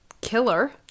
killer